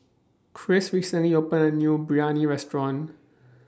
Christ recently opened A New Biryani Restaurant